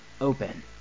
open